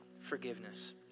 forgiveness